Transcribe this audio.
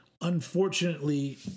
unfortunately